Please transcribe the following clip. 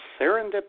serendipity